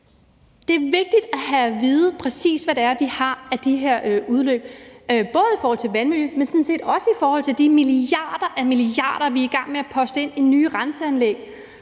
Det er vigtigt at vide, præcis hvad det er, vi har af de her udledninger, både i forhold til vandmiljøet, men sådan set også i forhold til de milliarder af milliarder, vi er i gang med at poste i nye renseanlæg.